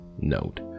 Note